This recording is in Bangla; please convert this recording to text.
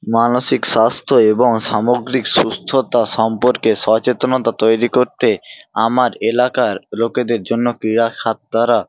মানসিক স্বাস্থ্য এবং সামগ্রিক সুস্থতা সম্পর্কে সচেতনতা তৈরি করতে আমার এলাকার লোকেদের জন্য ক্রীড়া খাত দ্বারা